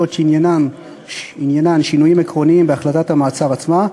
שעניינן שינויים עקרוניים בהחלטת המעצר עצמה,